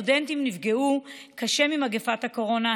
הסטודנטים נפגעו קשה ממגפת הקורונה,